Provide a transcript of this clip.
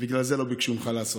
בגלל זה לא ביקשו ממך לעשות.